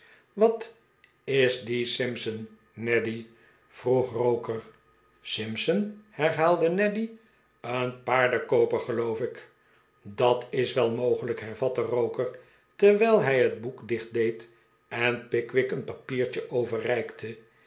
wat is die simpson neddy vroeg roker simpson herhaalde neddy een paardenkooper geloof ik dat is wel mogelijk hervatte roker terwijl hij net boek dichtdeed en pickwick een papiertje overreikte